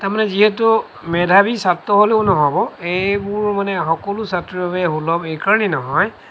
তাৰমানে যিহেতু মেধাৱী ছাত্ৰ হ'লেও ন'হব এইবোৰ মানে সকলো ছাত্ৰৰ বাবে সুলভ এইকাৰণেই নহয়